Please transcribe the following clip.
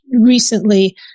recently